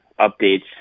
updates